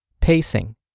pacing